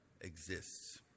exists